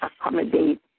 accommodate